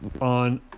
on